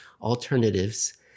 alternatives